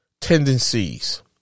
tendencies